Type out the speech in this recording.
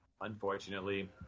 unfortunately